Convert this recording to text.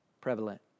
prevalent